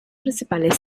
principales